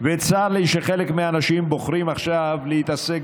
וצר לי שחלק מהאנשים בוחרים עכשיו להתעסק